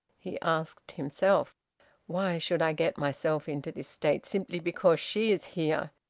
he asked himself why should i get myself into this state simply because she is here?